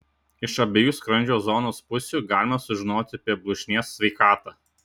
iš abiejų skrandžio zonos pusių galima sužinoti apie blužnies sveikatą